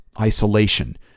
isolation